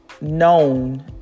known